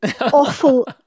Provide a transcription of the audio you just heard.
awful